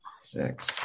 Six